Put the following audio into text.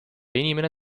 inimene